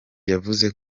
yavuze